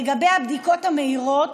לגבי הבדיקות המהירות